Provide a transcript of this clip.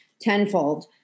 tenfold